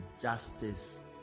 justice